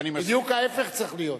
בדיוק ההיפך צריך להיות.